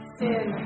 sin